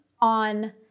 on